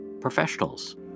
Professionals